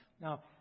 Now